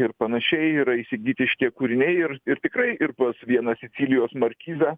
ir panašiai yra įsigyti šitie kūriniai ir ir tikrai ir pas vieną sicilijos markizą